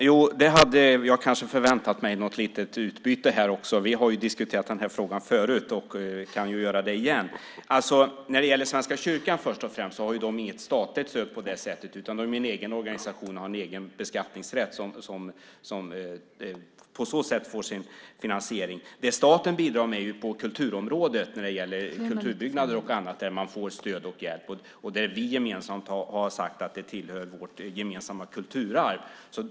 Herr talman! Jag hade kanske förväntat mig något litet utbyte här också. Vi har ju diskuterat den här frågan förut. Vi kan göra det igen. När det gäller Svenska kyrkan först och främst har den inget statligt stöd på det sättet. Det är en egen organisation som har en egen beskattningsrätt och på så sätt får sin finansiering. Det staten bidrar med är på kulturområdet när det gäller kulturbyggnader och annat där man får stöd och hjälp. Där har vi gemensamt sagt att det tillhör vårt gemensamma kulturarv.